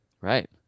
Right